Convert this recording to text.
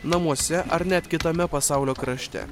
namuose ar net kitame pasaulio krašte